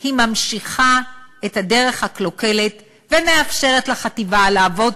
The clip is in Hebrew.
היא ממשיכה את הדרך הקלוקלת ומאפשרת לחטיבה להוות